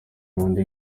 rwanda